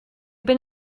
been